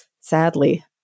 sadly